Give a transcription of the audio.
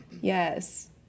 yes